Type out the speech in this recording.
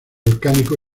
volcánico